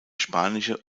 spanische